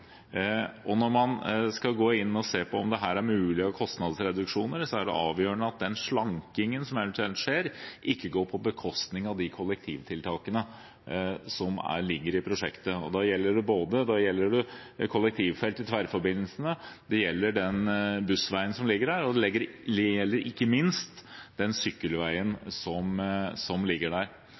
Og når man skal gå inn og se på om det her er mulig med kostnadsreduksjoner, er det avgjørende at den slankingen som eventuelt skjer, ikke går på bekostning av de kollektivtiltakene som ligger i prosjektet. Det gjelder kollektivfeltet og tverrforbindelsene, det gjelder bussveien, og det gjelder ikke minst sykkelveien som ligger der.